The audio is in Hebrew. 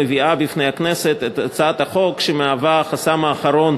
מביאה בפני הכנסת את הצעת החוק שמהווה חסם אחרון